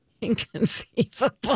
Inconceivable